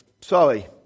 sorry